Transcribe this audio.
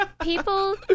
People